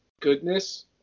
goodness